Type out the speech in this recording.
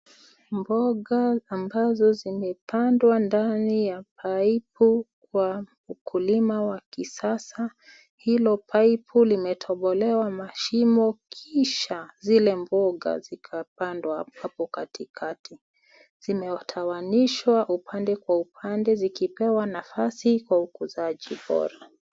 Mboga ambazo zimepandwa ndani ya paipu kwa ukulima wa kisasa hilo paipu limetobolewa mashimo kisha zile mboga zikapandwa hapo katikati. Zimetawanyishwa upande kwa upande zikipewa nafasi kwa ukuzaji bora.